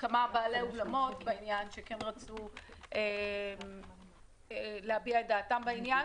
כמה בעלי אולמות שרצו להביע את דעתם בעניין.